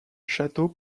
château